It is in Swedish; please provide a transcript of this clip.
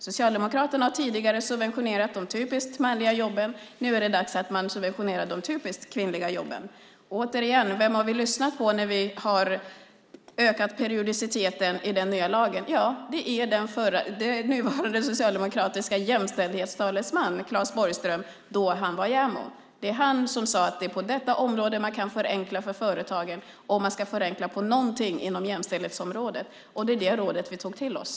Socialdemokraterna har tidigare subventionerat de typiskt manliga jobben. Nu är det dags att man subventionerar de typiskt kvinnliga jobben. Vem har vi lyssnat på när vi har ökat periodiciteten i den nya lagen? Ja, det är nuvarande socialdemokratiska jämställdhetstalesman Claes Borgström då han var JämO. Det var han som sade att det är på detta område som man kan förenkla för företagen om man ska förenkla någonting inom jämställdhetsområdet. Det är det rådet vi tog till oss.